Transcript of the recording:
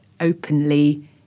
openly